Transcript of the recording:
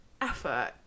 effort